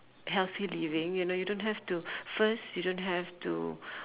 healthy living you know you don't have to first you don't have to